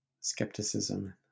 skepticism